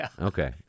Okay